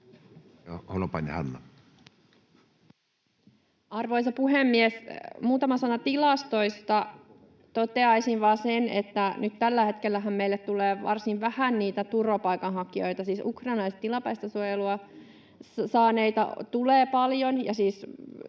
Arvoisa puhemies! Muutama sana tilastoista. Toteaisin vain sen, että nyt tällä hetkellähän meille tulee varsin vähän niitä turvapaikanhakijoita. Siis ukrainalaisia tilapäistä suojelua saaneita tulee paljon,